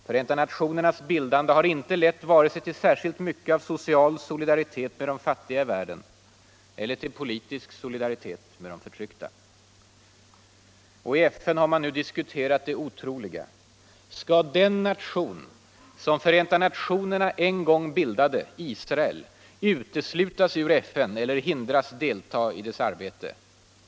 Förenta nationernas bildande har inte lett vare sig till särskilt mycket av social solidaritet med de fattiga i världen eller till politisk solidaritet med de förtryckta. Och i FN har man nu diskuterat det otroliga: Skall den nation som FN en gång bildade, Israel, uteslutas ur FN eller hindras att delta i dess arbete?